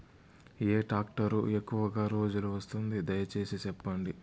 ఏ tractor ఎక్కువగా రోజులు వస్తుంది, దయసేసి చెప్పండి?